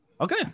Okay